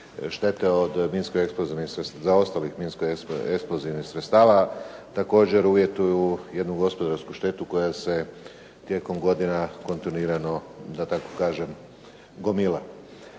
štete od zaostalih minsko eksplozivnih sredstava također uvjetuju jednu gospodarsku štetu koja se tijekom godina kontinuirano, da tako kažem, gomila.